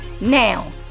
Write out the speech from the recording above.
Now